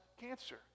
cancer